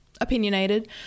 opinionated